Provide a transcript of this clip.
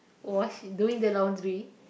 wash doing the laundry